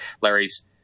Larry's